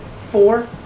Four